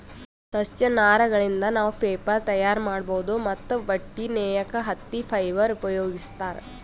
ಸಸ್ಯ ನಾರಗಳಿಂದ್ ನಾವ್ ಪೇಪರ್ ತಯಾರ್ ಮಾಡ್ಬಹುದ್ ಮತ್ತ್ ಬಟ್ಟಿ ನೇಯಕ್ ಹತ್ತಿ ಫೈಬರ್ ಉಪಯೋಗಿಸ್ತಾರ್